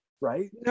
right